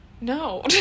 No